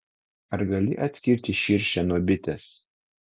ar gali atskirti širšę nuo bitės